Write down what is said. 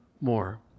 more